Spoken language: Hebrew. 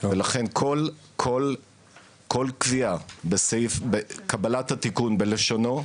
לכן כל קביעה בסעיף, קבלת התיקון בלשונו,